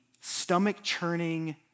stomach-churning